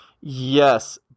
Yes